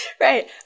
Right